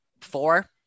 Four